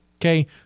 Okay